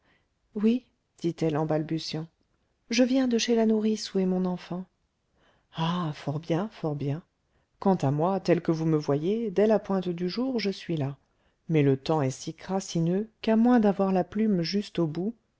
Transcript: oui dit-elle en balbutiant je viens de chez la nourrice où est mon enfant ah fort bien fort bien quant à moi tel que vous me voyez dès la pointe du jour je suis là mais le temps est si crassineux qu'à moins d'avoir la plume juste au bout